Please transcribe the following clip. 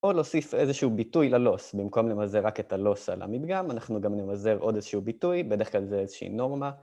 או להוסיף איזשהו ביטוי ללוס, במקום למזער רק את הלוס על המדגם אנחנו גם נמזער עוד איזשהו ביטוי, בדרך כלל זה איזושהי נורמה